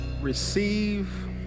Receive